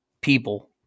people